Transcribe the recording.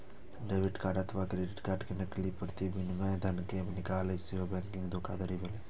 debit card अथवा credit card के नकली प्रति बनाय कें धन निकालब सेहो बैंकिंग धोखाधड़ी भेलै